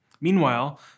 Meanwhile